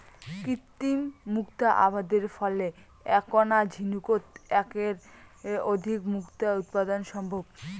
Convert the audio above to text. কৃত্রিম মুক্তা আবাদের ফলে এ্যাকনা ঝিনুকোত এ্যাকের অধিক মুক্তা উৎপাদন সম্ভব